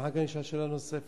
ואחר כך אשאל שאלה נוספת.